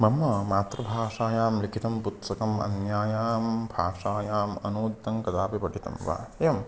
मम मातृभाषायां लिखितं पुत्सकम् अन्यस्यां भाषायाम् अनुत्तमं कदापि पठितं वा एवं